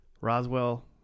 Roswell